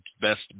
best